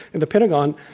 and the pentago n.